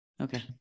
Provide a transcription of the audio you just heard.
Okay